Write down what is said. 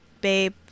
babe